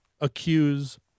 accuse